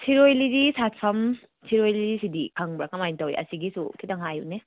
ꯁꯤꯔꯣꯏ ꯂꯤꯂꯤ ꯁꯥꯠꯐꯝ ꯁꯤꯔꯣꯏ ꯂꯤꯂꯤ ꯁꯤꯗꯤ ꯈꯪꯕ꯭ꯔꯥ ꯀꯃꯥꯏꯅ ꯇꯧꯏ ꯑꯁꯤꯒꯤꯁꯨ ꯈꯤꯇꯪ ꯍꯥꯏꯎꯅꯦ